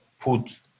put